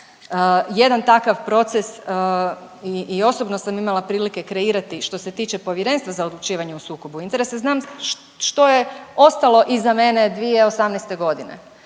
Jedan takav proces i osobno sam imala prilike kreirati što se tiče Povjerenstva za odlučivanje o sukobu interesa. Znam što je ostalo iza mene 2018. godine.